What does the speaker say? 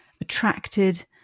attracted